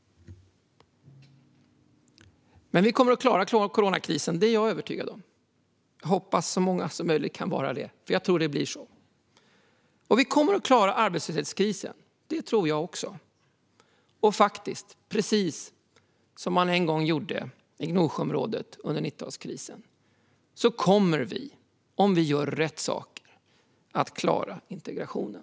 Men jag är övertygad om att vi kommer att klara coronakrisen. Jag hoppas att så många som möjligt tänker så, för jag tror att det blir så. Jag tror också att vi kommer klara arbetslöshetskrisen. Och precis som man en gång gjorde i Gnosjöområdet under 90-talskrisen kommer vi, om vi gör rätt saker, att klara integrationen.